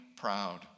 proud